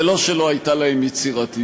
זה לא שלא הייתה להם יצירתיות,